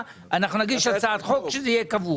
ואנחנו נגיש הצעת חוק האומר שההוראה תהיה קבועה.